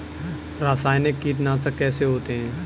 रासायनिक कीटनाशक कैसे होते हैं?